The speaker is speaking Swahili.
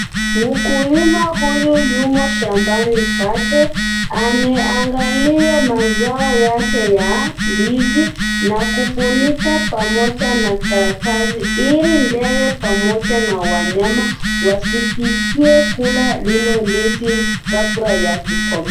Mkulima huyu yumo shambani pake ameangalia mazao yake ya ndizi na kufunika pamoja na karatasi ili ndege pamoja na wanyama wasifikie kula lile ndizi kabla ya kukomaa.